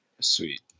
Sweet